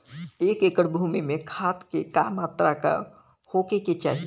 एक एकड़ भूमि में खाद के का मात्रा का होखे के चाही?